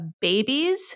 babies